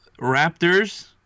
Raptors